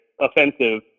offensive